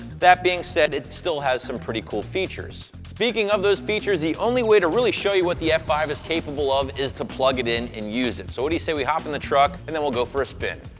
that being said, it still has some pretty cool features. speaking of those features, the only way to really show you what the f five is capable of is to plug it in and use it. so what do you say we hop in the truck, and then we'll go for a spin?